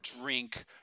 drink